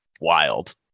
wild